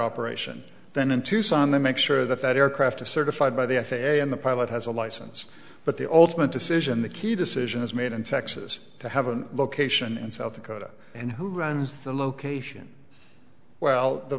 operation then in tucson they make sure that that aircraft are certified by the f a a and the pilot has a license but the ultimate decision the key decision is made in texas to have a location in south dakota and who runs the location well the